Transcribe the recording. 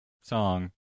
song